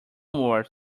more